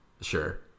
Sure